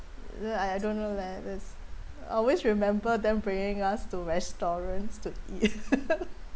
eh I I don't know leh there's I always remember them bringing us to restaurants to eat